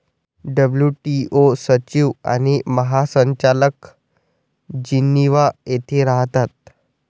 WTO सचिव आणि महासंचालक जिनिव्हा येथे राहतात